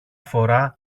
φορά